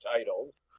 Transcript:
titles